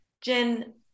Jen